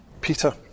Peter